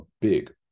big